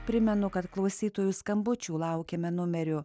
primenu kad klausytojų skambučių laukiame numeriu